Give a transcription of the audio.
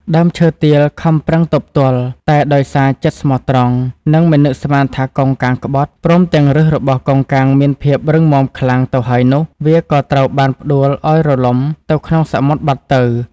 ដើមឈើទាលខំប្រឹងទប់ទល់ តែដោយសារចិត្តស្មោះត្រង់ និងមិននឹកស្មានថាកោងកាងក្បត់ ព្រមទាំងប្ញសរបស់កោងកាងមានភាពរឹងមាំខ្លាំងទៅហើយនោះ វាក៏ត្រូវបានផ្តួលឲ្យរលំទៅក្នុងសមុទ្របាត់ទៅ។